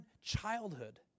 childhood